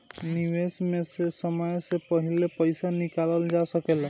निवेश में से समय से पहले पईसा निकालल जा सेकला?